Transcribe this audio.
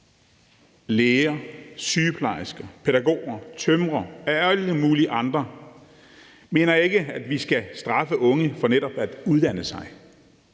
læger, sygeplejersker, pædagoger, tømrere og alle mulige andre, mener jeg ikke, at vi skal straffe unge for netop at uddanne sig.